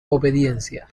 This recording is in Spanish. obediencia